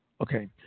Okay